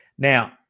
Now